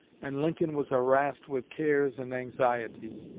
and lincoln was harassed with cares and anxieties.